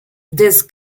these